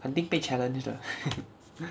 肯定被 challenge 的